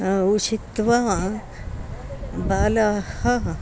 उषित्वा बालाः